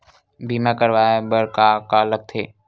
बीमा करवाय बर का का लगथे?